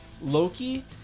Loki